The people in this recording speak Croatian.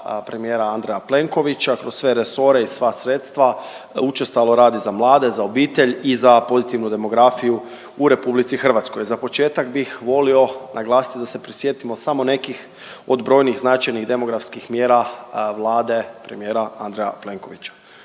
premijera Andreja Plenkovića kroz sve resore i sva sredstva učestalo radi za mlade, za obitelj i za pozitivnu demografiju u Republici Hrvatskoj. Za početak bih volio naglasiti da se prisjetimo samo nekih od brojnih značajnih demografskih mjera Vlade premijera Andreja Plenkovića.